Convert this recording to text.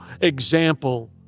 example